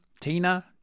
Tina